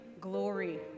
glory